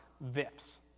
VIFs